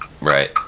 right